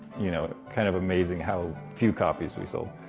you know, kind of amazing how few copies we sold.